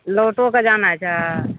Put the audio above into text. लौटहोके जाना छै